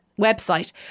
website